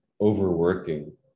overworking